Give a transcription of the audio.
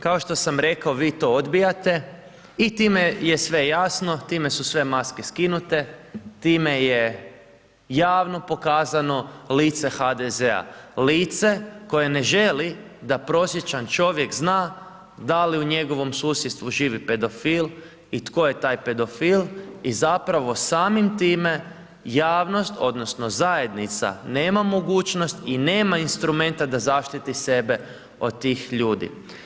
Kao što sam rekao vi to odbijate i time je sve jasno, time su sve maske skinute, time je javno pokazano lice HDZ-a, lice koje ne želi, da prosječan čovjek zna, da li u njegovom susjedstvu živi pedofil i tko je taj pedofil i zapravo samim time, javnost, odnosno, zajednica, nema mogućnost i nema instrumenta da zaštiti sebe od tih ljudi.